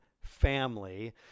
family